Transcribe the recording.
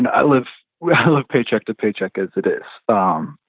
and i live paycheck to paycheck as it is, um